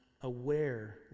aware